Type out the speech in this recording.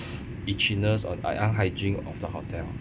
itchiness on uh hygiene of the hotel